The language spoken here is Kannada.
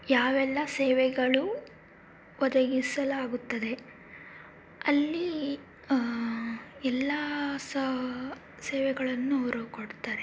ಯಾವೆಲ್ಲ ಸೇವೆಗಳು ಒದಗಿಸಲಾಗುತ್ತದೆ ಅಲ್ಲಿ ಎಲ್ಲ ಸೇವೆಗಳನ್ನು ಅವರು ಕೊಡ್ತಾರೆ